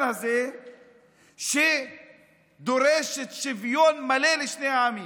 הזה שדורשת שוויון מלא לשני העמים,